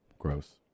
Gross